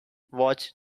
watched